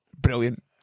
Brilliant